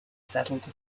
settled